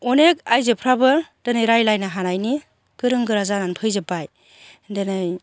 अनेक आयजोफ्राबो दोनै रायलायनो हानायनि गोरों गोरा जानानै फैजोब्बाय दोनै